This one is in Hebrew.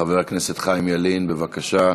חבר הכנסת חיים ילין, בבקשה.